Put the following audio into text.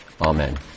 Amen